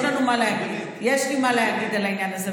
יש לי מה להגיד על העניין הזה.